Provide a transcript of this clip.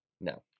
No